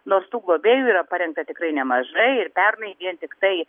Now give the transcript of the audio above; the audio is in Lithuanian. nors tų globėjų yra parengta tikrai nemažai ir pernai vien tiktai